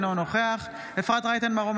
אינו נוכח אפרת רייטן מרום,